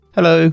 Hello